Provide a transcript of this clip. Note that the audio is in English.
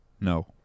No